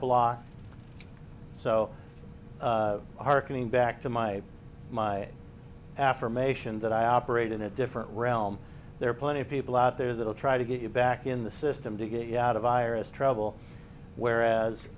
block so harkening back to my my affirmation that i operate in a different realm there are plenty of people out there that will try to get you back in the system to get you out of ira's trouble whereas